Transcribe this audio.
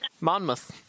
Monmouth